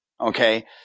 Okay